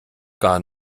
gar